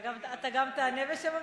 אתה גם תענה בשם הממשלה?